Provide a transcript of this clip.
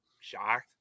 shocked